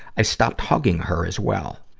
i stopped hugging her as well.